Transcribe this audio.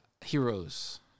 heroes